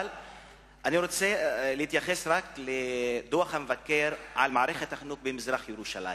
אבל אני רוצה להתייחס רק לדוח המבקר על מערכת החינוך במזרח-ירושלים.